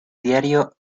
diario